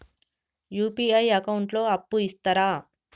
UPI account లో అప్పు ఇస్తరా?